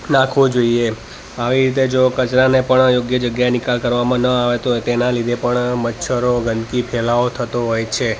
નાખવો જોઈએ આવી રીતે જો કચરાને પણ યોગ્ય જગ્યાએ નિકાલ કરવામાં ન આવે તો તેના લીધે પણ મચ્છરો ગંદકી ફેલાવો થતો હોય છે